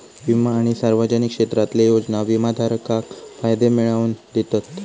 विमा आणि सार्वजनिक क्षेत्रातले योजना विमाधारकाक फायदे मिळवन दितत